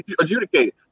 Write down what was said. adjudicated